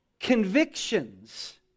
convictions